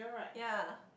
ya